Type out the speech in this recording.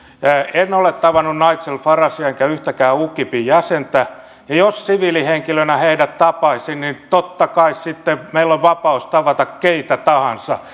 en ole tavannut nigel faragea enkä yhtäkään ukipin jäsentä ja jos siviilihenkilönä heidät tapaisin niin totta kai silloin meillä on vapaus tavata keitä tahansa